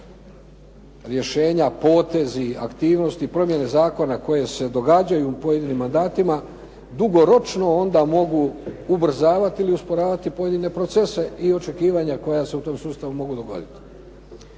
rješenja, potezi, aktivnosti, promjene zakona koje se događaju u pojedinim mandatima dugoročno onda mogu ubrzavati ili usporavati pojedine procese i očekivanja koja se u tom sustavu mogu dogoditi.